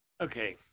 Okay